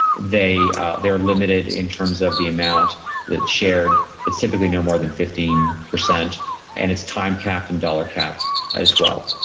they're limited in terms of the amount that's shared. it's typically no more than fifteen percent and it's time capped and dollar capped as well.